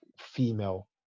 female